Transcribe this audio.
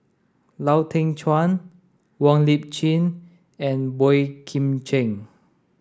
Lau Teng Chuan Wong Lip Chin and Boey Kim Cheng